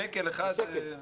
שקל אחד משנה.